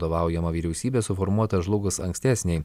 vadovaujama vyriausybė suformuota žlugus ankstesnei